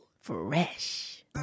Fresh